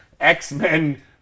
X-Men